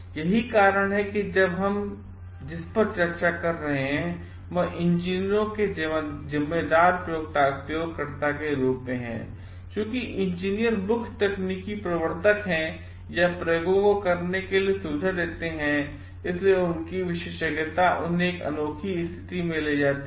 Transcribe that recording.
यही कारण है कि अब हम जिस पर चर्चा कर रहे हैं वह इंजीनियरों के जिम्मेदार प्रयोगकर्ता के रूप में हैइसलिए चूंकि इंजीनियर मुख्य तकनीकी प्रवर्तक हैं या प्रयोगों को करने की सुविधा देते हैं इसलिए उनकी विशेषज्ञता उन्हें एक अनोखी स्थिति में ले जाती है